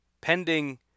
pending